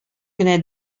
кенә